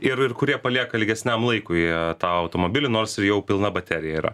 ir ir kurie palieka ilgesniam laikui tą automobilį nors ir jau pilna baterija yra